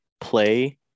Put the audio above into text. play